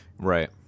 right